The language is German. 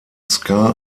ska